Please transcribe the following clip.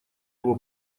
его